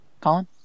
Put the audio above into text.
Colin